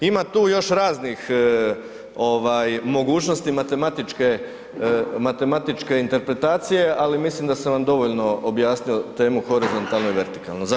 Ima tu još raznih ovaj mogućnosti matematičke interpretacije ali mislim da sam vam dovoljno objasnio temu horizontalno i vertikalno.